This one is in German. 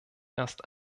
erst